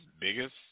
biggest